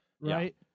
right